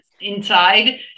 inside